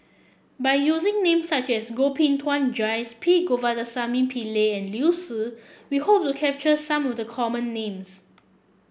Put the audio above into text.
by using names such as Koh Bee Tuan Joyce P Govindasamy Pillai and Liu Si we hope to capture some of the common names